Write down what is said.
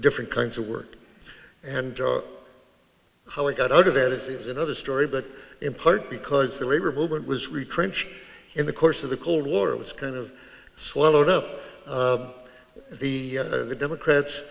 different kinds of work and how we got out of it is another story but in part because the labor movement was retrenched in the course of the cold war it was kind of swallowed up the the democrats